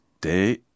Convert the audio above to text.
day